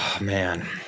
Man